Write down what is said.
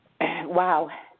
Wow